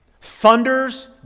thunders